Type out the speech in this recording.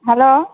hello